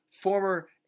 former